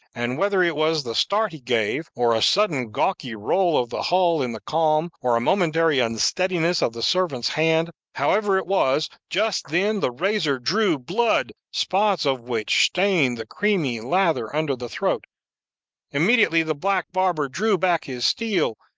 and whether it was the start he gave, or a sudden gawky roll of the hull in the calm, or a momentary unsteadiness of the servant's hand, however it was, just then the razor drew blood, spots of which stained the creamy lather under the throat immediately the black barber drew back his steel,